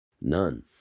None